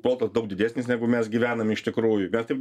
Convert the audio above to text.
protas daug didesnis negu mes gyvenam iš tikrųjų bet taip